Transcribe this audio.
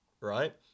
Right